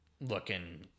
looking